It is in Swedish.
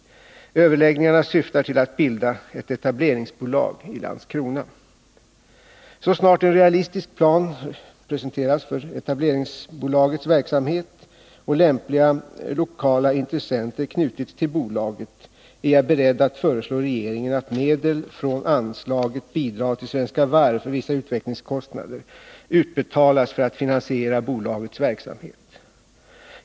Överläggningarna syftar till att bilda ett etableringsbolag i Landskrona. Så snart en realistisk plan presenterats för etableringsbolagets verksamhet och lämpliga lokala intressenter knutits till bolaget, är jag beredd att föreslå regeringen att medel från anslaget Bidrag till Svenska Varv för vissa utvecklingskostnader utbetalas för att finansiera bolagets verksamhet.